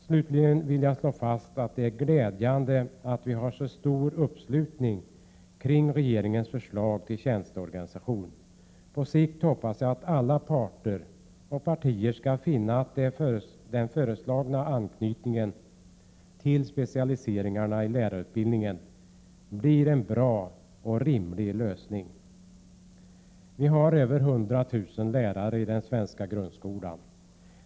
Slutligen vill jag slå fast att det är glädjande att det är så stor uppslutning kring regeringens förslag till tjänsteorganisation. På sikt hoppas jag att alla parter och partier skall finna att den föreslagna anknytningen till specialiseringarna i lärarutbildningen blir en bra och rimlig lösning. Vi har över 100 000 lärare i den svenska grundskolan.